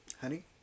Honey